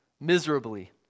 miserably